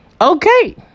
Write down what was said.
Okay